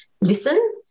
listen